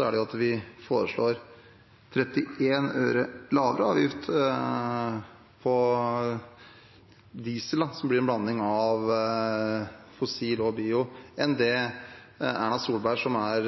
er at vi foreslår 31 øre lavere avgift på diesel som blir en blanding av fossil og bio, enn det Erna Solberg, som er